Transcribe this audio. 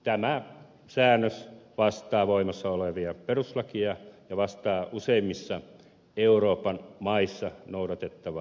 tämä säännös vastaa voimassa olevaa perustuslakia ja vastaa useimmissa euroopan maissa noudatettavaa käytäntöä